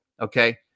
Okay